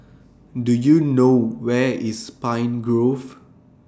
Do YOU know Where IS Pine Grove